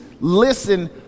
listen